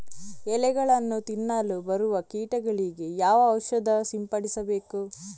ಎಲೆಗಳನ್ನು ತಿನ್ನಲು ಬರುವ ಕೀಟಗಳಿಗೆ ಯಾವ ಔಷಧ ಸಿಂಪಡಿಸಬೇಕು?